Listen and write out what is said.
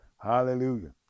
Hallelujah